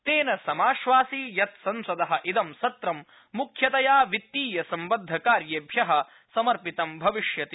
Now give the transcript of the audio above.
तेन समाश्वासि यत् संसद इद सत्र मुख्यतया वित्तीय सम्बद्धकार्येभ्य समर्पितं भविष्यति